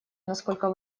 насколько